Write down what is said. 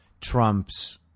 Trump's